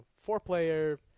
four-player